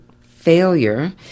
failure